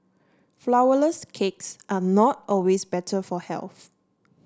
flourless cakes are not always better for health